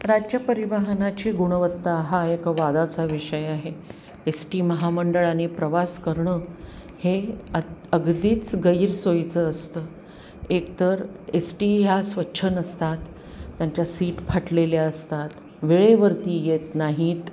राज्य परिवहनाची गुणवत्ता हा एक वादाचा विषय आहे एस टी महामंडळाने प्रवास करणं हे अ अगदीच गैरसोयीचं असतं एक तर एस टी ह्या स्वच्छ नसतात त्यांच्या सीट फाटलेल्या असतात वेळेवरती येत नाहीत